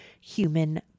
human